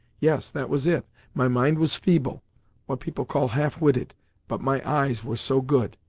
yes, that was it my mind was feeble what people call half-witted but my eyes were so good!